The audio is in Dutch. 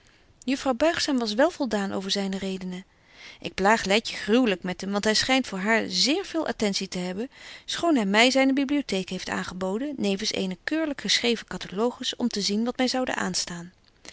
juffrouw buigzaam was wel voldaan over zyne redenen ik plaag letje gruwlyk met hem want hy schynt voor haar zéér véél attentie te betje wolff en aagje deken historie van mejuffrouw sara burgerhart hebben schoon hy my zyne bibliotheek heeft aangeboden nevens eene keurlyk geschreven catalogus om te zien wat my zoude aanstaan